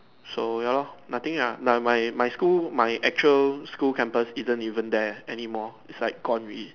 so ya lor nothing ah the my my school my actual school campus isn't even there any more it's like gone already